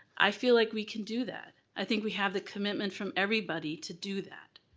i feel like we can do that. i think we have the commitment from everybody to do that.